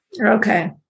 Okay